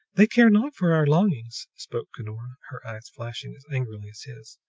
they care not for our longings, spoke cunora, her eyes flashing as angrily as his.